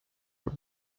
were